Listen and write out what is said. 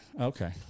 okay